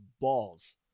balls